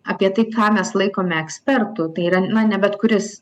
apie tai ką mes laikome ekspertu tai yra na ne bet kuris